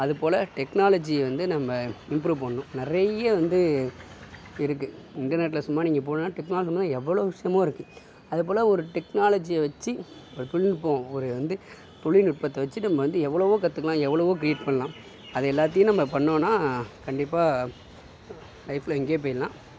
அதுபோல் டெக்னாலஜி வந்து நம்ம இம்ப்ரூவ் பண்ணணும் நிறைய வந்து இருக்குது இன்டர்நெட்ல சும்மா நீங்கள் போனால் டெக்னாலஜி சம்மந்தமாக எவ்வளோ விஷயமோ இருக்குது அதபோல ஒரு டெக்னாலஜியை வச்சு ஒரு தொழில்நுட்பம் ஒரு வந்து தொழில்நுட்பத்தை வச்சிகிட்டு நம்ம வந்து எவ்வளோவோ கற்றுக்கலாம் எவ்வளோவோ கிரியேட் பண்ணலாம் அது எல்லாத்தியும் நம்ம பண்ணோம்னா கண்டிப்பாக லைஃப்ல எங்கேயோ போய்டலாம்